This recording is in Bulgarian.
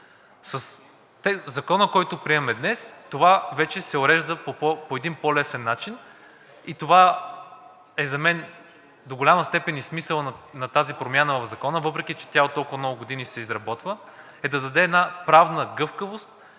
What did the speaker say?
Със Закона, който приемаме днес, това вече се урежда по един по-лесен начин и това е за мен до голяма степен и смисълът на тази промяна в Закона, въпреки че тя от толкова много години се изработва, е да даде една правна гъвкавост,